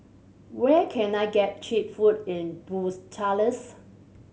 where can I get cheap food in Bucharest